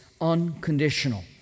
unconditional